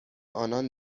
آنان